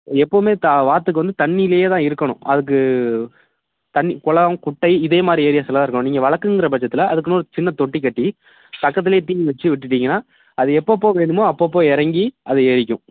எப்போவுமே தா வாத்துக்கு வந்து தண்ணியிலே தான் இருக்கணும் அதுக்கு தண்ணி குளம் குட்டை இதே மாதிரி ஏரியாஸ்ல தான் இருக்கணும் நீங்கள் வளக்கறங்கப் பட்சத்தில் அதுக்குன்னு ஒரு சின்ன தொட்டிக் கட்டி பக்கத்திலே தீனி வச்சி விட்டுட்டீங்கன்னால் அது எப்பப்போ வேணுமோ அப்பப்போ இறங்கி அது ஏறிக்கும்